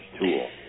tool